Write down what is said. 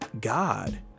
God